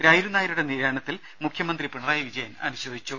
രൈരു നായരുടെ നിര്യാണത്തിൽ മുഖ്യമന്ത്രി പിണറായി വിജയൻ അനുശോചിച്ചു